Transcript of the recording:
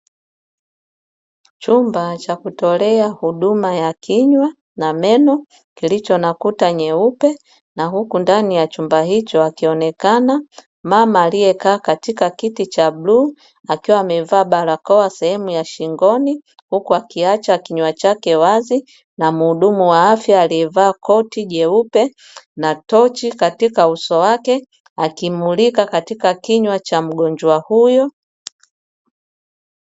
Chumba cha kutolea huduma ya kinywa na meno kilicho na kuta nyeupe na huku ndani ya chumba hicho, akionekana mama aliyekaa katika kiti cha bluu akiwa amevaa barakoa sehemu ya shingoni, huku akiacha kinywa chake wazi na muhudumu wa afya aliyevaa koti jeupe na tochi katika uso wake akimulika kinywa cha mgonjwa huyo.